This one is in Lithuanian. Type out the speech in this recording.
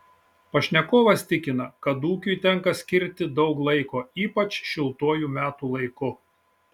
pašnekovas tikina kad ūkiui tenka skirti daug laiko ypač šiltuoju metų laiku